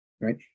right